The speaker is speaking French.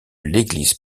l’église